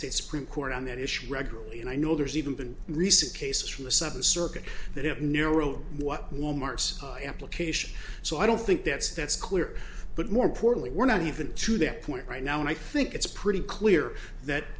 states supreme court on that issue regularly and i know there's even been recent cases from the sudden circuit that it near world what wal mart's application so i don't think that's that's clear but more importantly we're not even to that point right now and i think it's pretty clear that